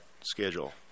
schedule